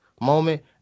moment